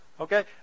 Okay